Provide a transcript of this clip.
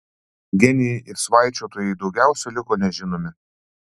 genijai ir svaičiotojai daugiausiai liko nežinomi